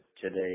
today